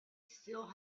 still